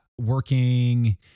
Working